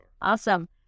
Awesome